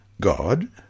God